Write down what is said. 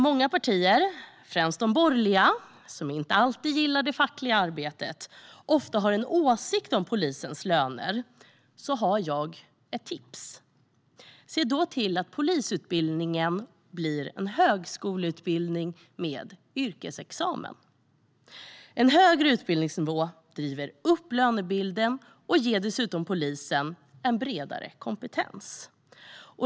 Många partier, främst de borgerliga, som inte alltid gillar det fackliga arbetet har ofta en åsikt om polisens löner. Jag har där ett tips. Se då till att polisutbildningen blir en högskoleutbildning med yrkesexamen. En högre utbildningsnivå driver upp lönebilden och ger dessutom polisen en bredare kompetens.